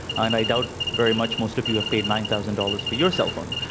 and i doubt very much most of you have paid nine thousand dollars for your cellphone.